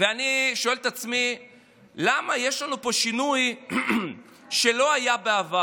ואני שואל את עצמי למה יש לנו פה שינוי שלא היה בעבר.